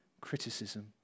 criticism